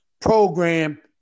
program